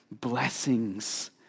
blessings